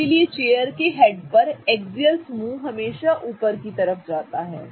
इसलिए चेयर के हेड पर एक्सियल समूह हमेशा ऊपर की तरफ जाता है